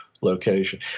location